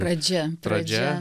pradžia pradžia